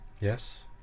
yes